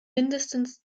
mindestens